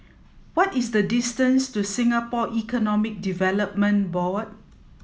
what is the distance to Singapore Economic Development Board